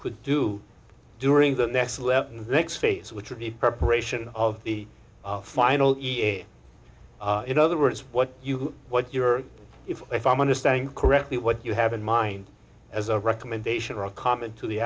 could do during the next phase which would be perpetration of the final in other words what you what your if if i'm understanding correctly what you have in mind as a recommendation or a comment to the